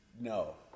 no